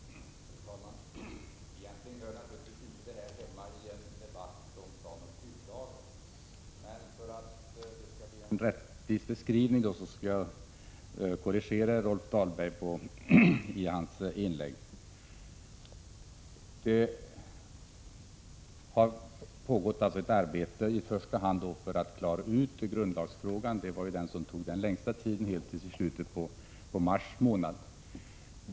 Fru talman! Egentligen hör inte denna diskussion hemma i en debatt om planoch bygglagen. Men för att det skall bli en rättvis beskrivning skall jag korrigera Rolf Dahlbergs inlägg. Det har pågått ett arbete i första hand för att klara ut grundlagsfrågan — det var ju den som tog den längsta tiden — och detta arbete blev klart i slutet av mars månad.